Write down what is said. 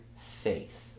faith